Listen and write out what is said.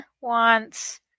wants